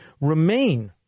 remain